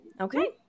Okay